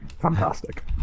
Fantastic